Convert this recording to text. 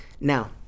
Now